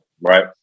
right